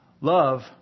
love